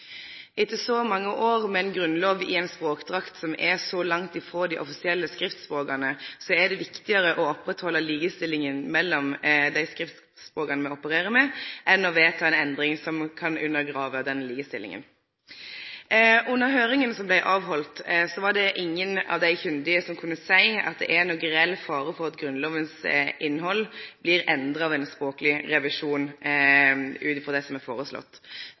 Etter så mange år med ein grunnlov i ei språkdrakt som er så langt frå dei offisielle skriftspråka, er det viktigare å oppretthalde likestillinga mellom dei skriftspråka me opererer med, enn å vedta ei endring som kan undergrave den likestillinga. Under høringa som blei halden, var det ingen av dei kunnige som kunne seie at det er nokon reell fare for at Grunnlovens innhald blir endra ved ein språkleg revisjon ut frå det som er